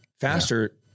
faster